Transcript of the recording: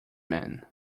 man